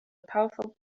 powerful